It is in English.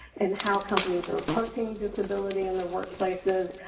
and how companies are approaching disability in their workplaces.